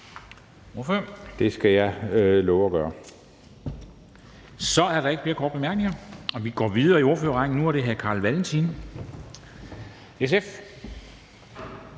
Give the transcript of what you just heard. Dam Kristensen): Så er der ikke flere korte bemærkninger, og vi går videre i ordførerrækken. Nu er det hr. Carl Valentin, SF.